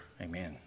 Amen